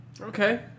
Okay